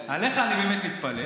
עליך אני באמת מתפלא.